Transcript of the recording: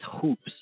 hoops